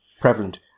prevalent